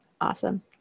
Awesome